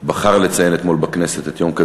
שבחר לציין אתמול בכנסת את יום כדור-הארץ,